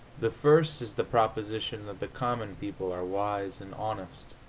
the first is the proposition that the common people are wise and honest,